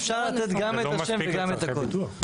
אפשר לתת גם את השם וגם את הקוד.